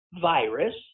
virus